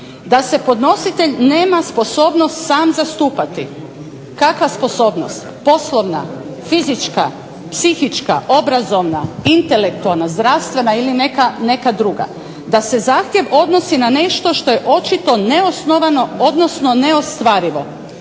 Da se podnositelj nema sposobnost sam zastupati. Kakva sposobnost? Poslovna, fizička, psihička, obrazovna, intelektualna, zdravstvena ili neka druga. Da se zahtjev odnosi na nešto što je očito neosnovano odnosno neostvarivo.